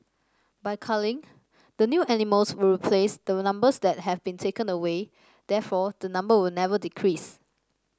by culling the new animals will replace the numbers that have been taken away therefore the number will never decrease